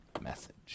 message